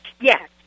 Yes